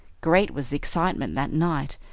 great was the excitement that night,